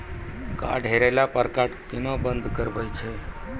Card हेरैला पर card केना बंद करबै छै?